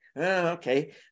Okay